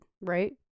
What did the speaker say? Right